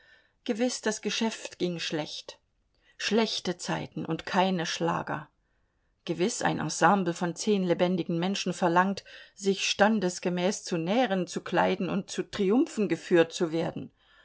gewiß das geschäft ging schlecht schlechte zeiten und keine schlager gewiß ein ensemble von zehn lebendigen menschen verlangt sich standesgemäß zu nähren zu kleiden und zu triumphen geführt zu werden